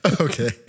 Okay